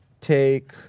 take